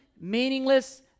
meaningless